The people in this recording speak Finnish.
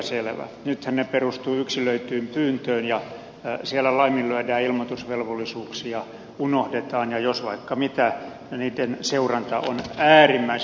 nythän tämä perustuu yksilöityyn pyyntöön ja siellä laiminlyödään ilmoitusvelvollisuuksia unohdetaan ja jos vaikka mitä ja seuranta on äärimmäisen vaikeata